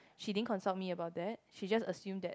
she didn't consult me about that she just assume that